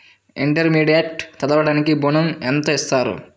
Intermediate చదవడానికి ఋణం ఎంత ఇస్తారు?